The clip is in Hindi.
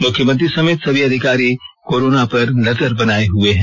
मुख्यमंत्री समेत सभी अधिकारी कोरोना पर नजर बनाये हुए हैं